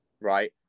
right